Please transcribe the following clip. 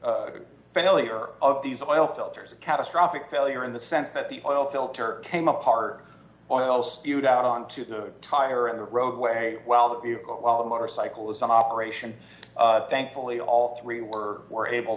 a failure of these oil filters a catastrophic failure in the sense that the oil filter came apart boils bute out onto the tire in the roadway while the vehicle while a motorcycle is an operation thankfully all three were were able